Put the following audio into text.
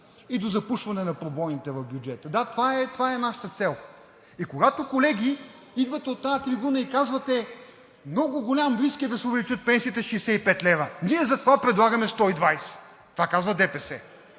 и до запушване на пробойните в бюджета. Да, това е нашата цел. И когато, колеги, идвате и от тази трибуна казвате: много голям риск е да се увеличат пенсиите с 65 лв., ние затова предлагаме 120 – това казва ДПС,